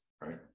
Right